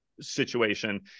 situation